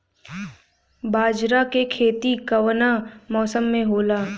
बाजरा के खेती कवना मौसम मे होला?